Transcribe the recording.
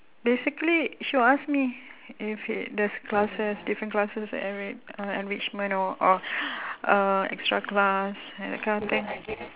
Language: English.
basically she will ask me if it there's classes different classes uh enrichment or or uh extra class that kind of thing